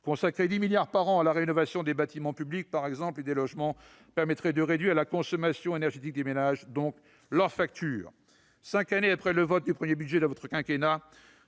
Consacrer 10 milliards d'euros par an à la rénovation des bâtiments publics et des logements permettrait par exemple de réduire la consommation énergétique des ménages, donc leur facture. Cinq années après le vote du premier budget de votre quinquennat,